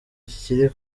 kikiri